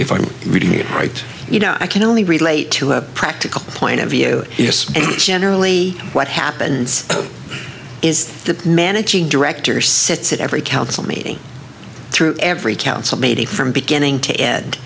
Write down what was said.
if i'm reading it right you know i can only relate to a practical point of view it is generally what happens is the managing director sits at every council meeting through every council maybe from beginning to e